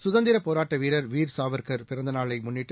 சுதந்திரபோராட்டவீரர் Veer Savarkar பிறந்தநாளைமுன்னிட்டு